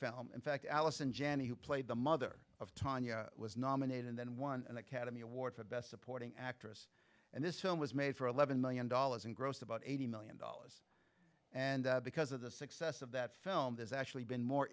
film in fact allison janney who played the mother of tanya was nominated then won an academy award for best supporting actress and this film was made for eleven million dollars in gross about eighty million dollars and because of the success of that film there's actually been more